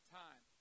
time